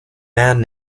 band